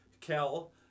Kel